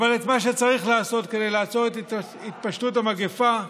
אבל את מה שצריך לעשות כדי לעצור את התפשטות המגפה,